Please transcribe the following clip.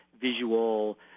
visual